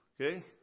Okay